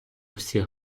усіх